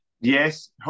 Yes